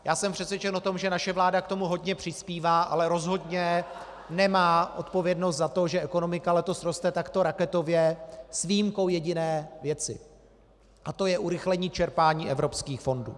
Já jsem přesvědčen o tom, že naše vláda k tomu hodně přispívá , ale rozhodně nemá odpovědnost za to, že ekonomika letos roste takto raketově, s výjimkou jediné věci, a to je urychlení čerpání evropských fondů.